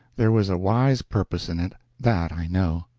there was a wise purpose in it, that i know.